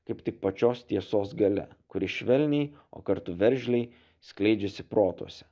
kaip tik pačios tiesos galia kuri švelniai o kartu veržliai skleidžiasi protuose